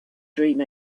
dream